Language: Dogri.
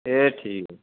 एह् ठीक ऐ जी